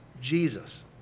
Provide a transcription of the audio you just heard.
Jesus